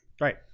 Right